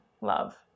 love